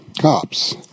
cops